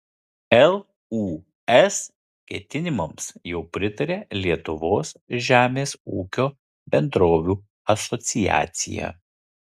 lūs ketinimams jau pritarė lietuvos žemės ūkio bendrovių asociacija